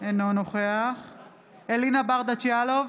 אינו נוכח אלינה ברדץ' יאלוב,